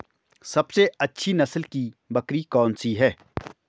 सबसे अच्छी नस्ल की बकरी कौन सी है?